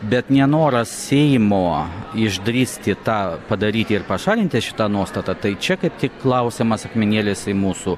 bet nenoras seimo išdrįsti tą padaryti ir pašalinti šitą nuostatą tai čia kaip tik klausimas akmenėlis į mūsų